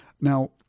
Now